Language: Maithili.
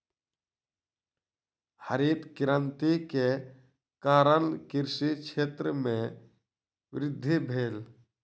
हरित क्रांति के कारण कृषि क्षेत्र में वृद्धि भेल